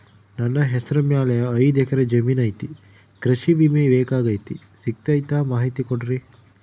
ನನ್ನ ಹೆಸರ ಮ್ಯಾಲೆ ಐದು ಎಕರೆ ಜಮೇನು ಐತಿ ಕೃಷಿ ವಿಮೆ ಬೇಕಾಗೈತಿ ಸಿಗ್ತೈತಾ ಮಾಹಿತಿ ಕೊಡ್ರಿ?